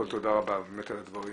קודם כל תודה רבה על הדברים.